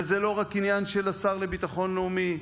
וזה לא רק עניין של השר לביטחון לאומי,